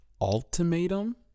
ultimatum